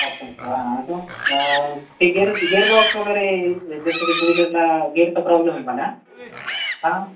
अच्छा अच्छा हा अजून ते गेअर गेअर बॉक्स वगैरे जसं की टू व्हीलरला गेअरचा प्रॉब्लेम आहे मला हा